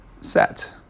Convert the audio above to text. set